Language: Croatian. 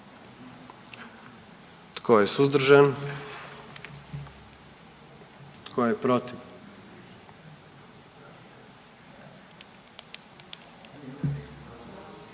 Tko je suzdržan? Tko je protiv?